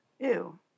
Ew